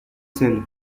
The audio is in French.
seule